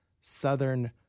Southern